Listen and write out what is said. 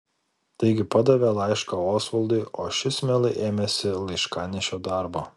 taigi padavė laišką osvaldui o šis mielai ėmėsi laiškanešio darbo